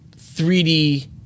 3D